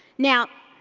now,